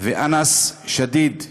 ואנס שדיד.